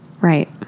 right